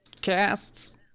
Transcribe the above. Casts